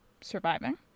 surviving